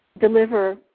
deliver